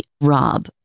ROB